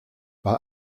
bei